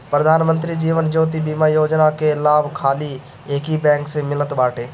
प्रधान मंत्री जीवन ज्योति बीमा योजना कअ लाभ खाली एकही बैंक से मिलत बाटे